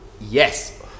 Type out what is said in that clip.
Yes